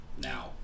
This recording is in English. now